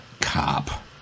cop